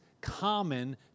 common